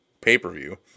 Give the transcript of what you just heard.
pay-per-view